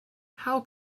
how